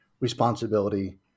responsibility